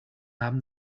haben